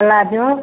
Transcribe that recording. palazzo